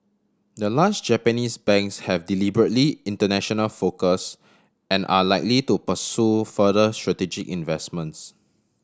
the large Japanese banks have deliberately international focus and are likely to pursue further strategic investments